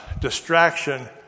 distraction